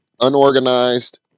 Unorganized